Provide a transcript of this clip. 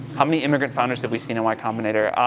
how many immigrant founders have we seen in y combinator?